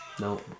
No